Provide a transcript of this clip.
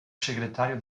segretario